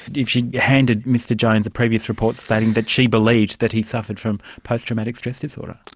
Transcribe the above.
if she handed mr jones a previous report stating that she believed that he suffered from post-traumatic stress disorder?